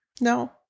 no